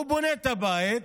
הוא בונה את הבית.